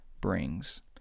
brings